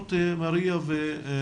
אפשרות מריה ויחיאלה